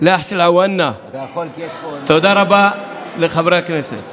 על זה נאמר, תודה רבה לחברי הכנסת.